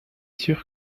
sûr